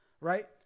right